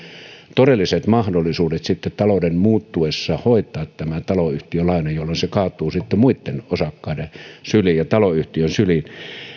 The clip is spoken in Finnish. todelliset mahdollisuudet talouden muuttuessa hoitaa tämä taloyhtiölaina jolloin se kaatuu sitten muitten osakkaitten syliin ja taloyhtiön syliin